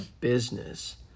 business